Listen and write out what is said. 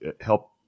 help